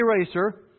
eraser